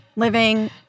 living